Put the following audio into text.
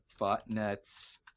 botnets